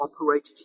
operated